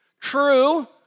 True